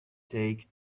take